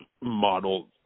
model